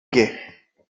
guet